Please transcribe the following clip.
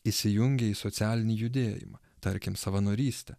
įsijungė į socialinį judėjimą tarkim savanorystę